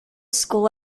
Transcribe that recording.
school